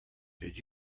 did